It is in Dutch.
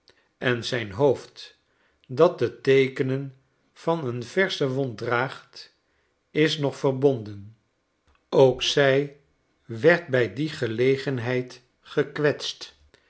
en zijn hoofd dat de teekenen van een versche wond draagt is nog verbonden ook zij werd bij die gelegenheid gekwetst